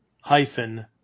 hyphen